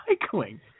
cycling